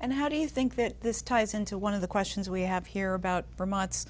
and how do you think that this ties into one of the questions we have here about for months